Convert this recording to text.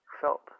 felt